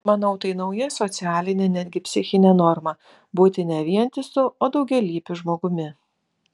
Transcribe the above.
manau tai nauja socialinė netgi psichinė norma būti ne vientisu o daugialypiu žmogumi